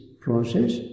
process